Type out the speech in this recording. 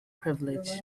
privilege